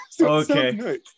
Okay